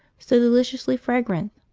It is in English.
so deliciously fragrant,